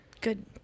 good